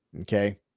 Okay